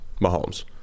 Mahomes